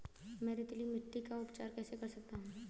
मैं रेतीली मिट्टी का उपचार कैसे कर सकता हूँ?